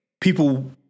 People